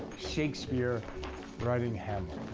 shakespeare writing hamlet.